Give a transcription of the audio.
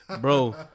Bro